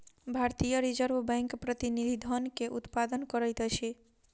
भारतीय reserve bank प्रतिनिधि धन के उत्पादन करैत अछि